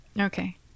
Okay